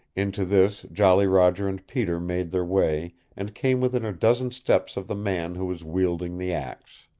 into this jolly roger and peter made their way and came within a dozen steps of the man who was wielding the axe.